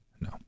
no